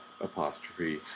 apostrophe